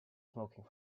smoking